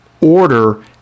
Order